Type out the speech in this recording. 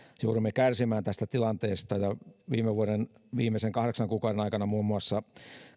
joudumme kärsimään tästä tilanteesta viime vuoden viimeisen kahdeksan kuukauden aikana muun muassa